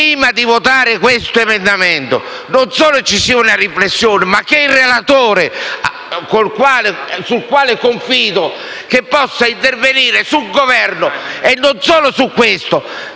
prima di votare l'emendamento, non solo ci sia una riflessione, ma che il relatore, nel quale confido, intervenga sul Governo - e non solo su questo